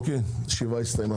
תודה רבה, הישיבה נעולה.